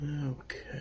Okay